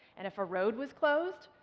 and if a road was closed,